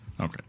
Okay